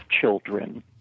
children